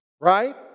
Right